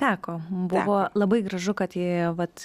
teko buvo labai gražu kad jie vat